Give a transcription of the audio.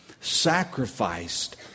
sacrificed